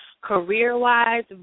Career-wise